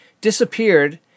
disappeared